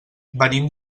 venim